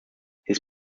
his